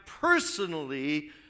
personally